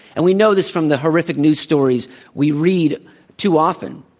and we know this from the horrific news stories we read too often.